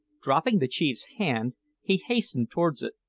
dropping the chief's hand he hastened towards it,